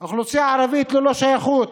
אוכלוסייה ערבית ללא שייכות,